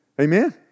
Amen